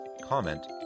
comment